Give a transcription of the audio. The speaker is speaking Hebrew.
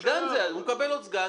הוא מקבל עוד סגן.